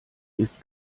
ist